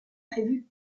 prévue